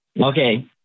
okay